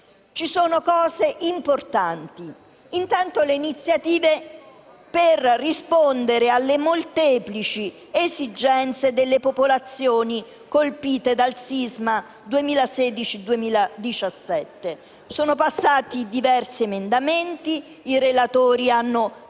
Ci sono misure importanti. Vi sono intanto le iniziative per rispondere alle molteplici esigenze delle popolazioni colpite dal sisma 2016‑2017. Sono passati diversi emendamenti; i relatori hanno